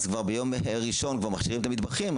אז כבר ביום ראשון כבר מכשירים את המטבחים,